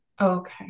Okay